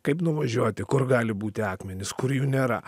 kaip nuvažiuoti kur gali būti akmenys kur jų nėra